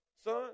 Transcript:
son